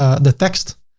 the text.